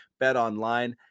BetOnline